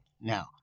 now